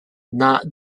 not